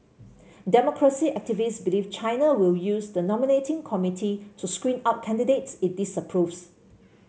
democracy activists believe China will use the nominating committee to screen out candidates it disapproves